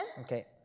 Okay